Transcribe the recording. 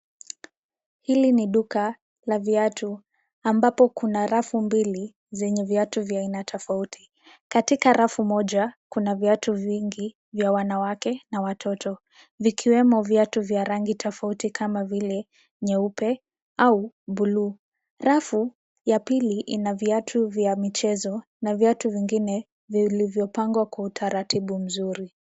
Hili ni duka la viatu ambapo kuna rafu mbili zenye viatu vya aina tofauti. Katika rafu moja kuna viatu vingi vya wanawake na watoto, vikiwemo viatu vya rangi tofauti kama vile nyeupe au buluu. Rafu ya pili ina viatu vya michezo na viatu vingine vilivyopangwa kwa utaratibu mzuri.